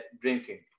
drinking